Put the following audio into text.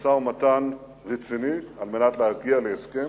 למשא-מתן ורציני על מנת להגיע להסכם,